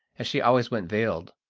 as she always went veiled.